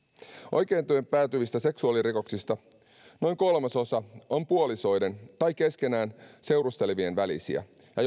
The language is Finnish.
oikeuteen päätyvistä seksuaalirikoksista noin kolmasosa on puolisoiden tai keskenään seurustelevien välisiä ja